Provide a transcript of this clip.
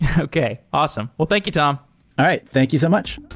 yeah okay. awesome. well, thank you, tom all right. thank you so much.